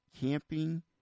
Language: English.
camping